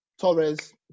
Torres